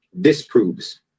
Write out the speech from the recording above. disproves